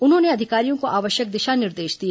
उन्होंने अधिकारियों को आवश्यक दिशा निर्देश दिए